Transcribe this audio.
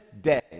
day